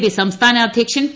P സംസ്ഥാന അധ്യക്ഷ്യൻ P